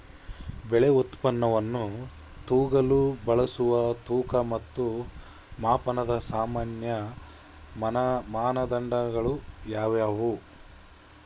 ಬೆಳೆ ಉತ್ಪನ್ನವನ್ನು ತೂಗಲು ಬಳಸುವ ತೂಕ ಮತ್ತು ಮಾಪನದ ಸಾಮಾನ್ಯ ಮಾನದಂಡಗಳು ಯಾವುವು?